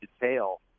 detail